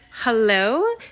Hello